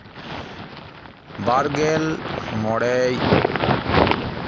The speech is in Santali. ᱵᱟᱨᱜᱮᱞ ᱢᱚᱬᱮᱭ